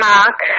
Mark